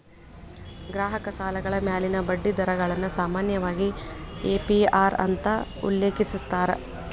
ಗ್ರಾಹಕ ಸಾಲಗಳ ಮ್ಯಾಲಿನ ಬಡ್ಡಿ ದರಗಳನ್ನ ಸಾಮಾನ್ಯವಾಗಿ ಎ.ಪಿ.ಅರ್ ಅಂತ ಉಲ್ಲೇಖಿಸ್ಯಾರ